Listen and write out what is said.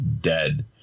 dead